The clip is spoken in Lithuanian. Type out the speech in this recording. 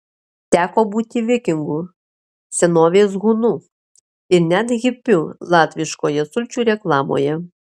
teko būti vikingu senovės hunu ir net hipiu latviškoje sulčių reklamoje